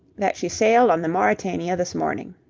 that she sailed on the mauretania this morning.